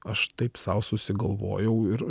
aš taip sau susigalvojau ir